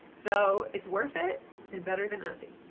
so it's worth it and better than nothing.